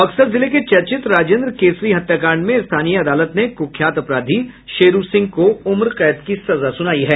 बक्सर जिले के चर्चित राजेन्द्र केशरी हत्याकांड में स्थानीय अदालत ने कुख्यात अपराधी शेरू सिंह को उम्रकैद की सजा सुनायी है